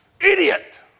Idiot